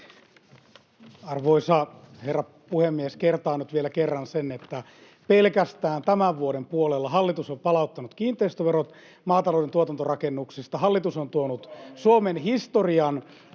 Arvoisa herra puhemies! Kertaan nyt vielä kerran sen, että pelkästään tämän vuoden puolella hallitus on palauttanut kiinteistöverot maatalouden tuotantorakennuksista, [Juha Mäenpää: Osan